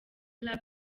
club